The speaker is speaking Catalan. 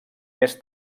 més